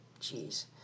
Jeez